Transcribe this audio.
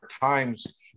times